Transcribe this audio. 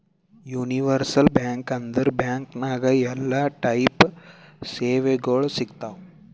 universal bank ಅಂದುರ್ bank ನಾಗ್ ಎಲ್ಲಾ ಟೈಪ್ ಸೇವೆಗೊಳ್ ಸಿಗ್ತಾವ್